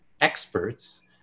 experts